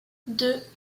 deux